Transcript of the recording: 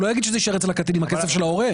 הוא לא יגיד שזה יישאר אצל הקטין אם הכסף של ההורה.